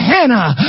Hannah